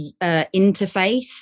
interface